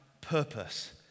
purpose